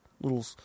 little